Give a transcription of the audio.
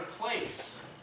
place